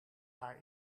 haar